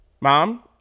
Mom